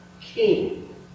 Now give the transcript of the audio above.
king